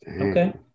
Okay